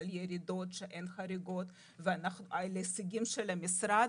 ירידות ועל הישגי המשרד,